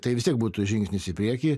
tai vis tiek būtų žingsnis į priekį